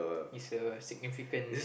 it's a significant